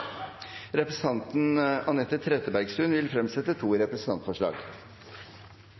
Representanten Anette Trettebergstuen vil fremsette to representantforslag.